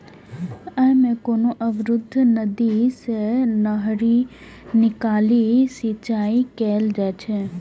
अय मे कोनो अवरुद्ध नदी सं नहरि निकालि सिंचाइ कैल जाइ छै